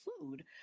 food